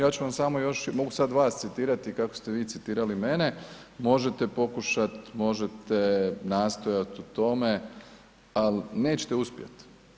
Ja ću vam samo još, mogu sad vas citirati kako ste vi citirali mene, možete pokušati, možete nastojat u tome ali neće uspjet.